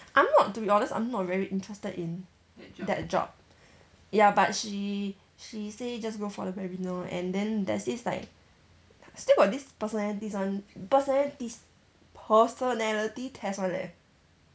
I'm not to be honest I'm not very interested in that job ya but she she say just go for the webinar and then there's this like still got this personalities one personalities personality test [one] leh